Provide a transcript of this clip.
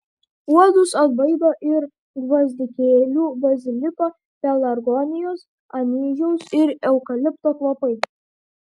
uodus atbaido ir gvazdikėlių baziliko pelargonijos anyžiaus ir eukalipto kvapai